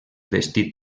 vestit